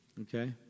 Okay